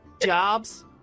Jobs